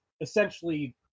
essentially –